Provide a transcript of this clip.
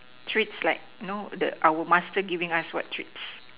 treats like no our master giving us what treats